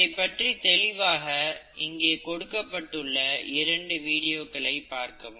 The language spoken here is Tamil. இதைப்பற்றி தெளிவாக அறிவதற்கு இங்கே கொடுக்கப்பட்டுள்ள இரண்டு வீடியோக்களை பார்க்கவும்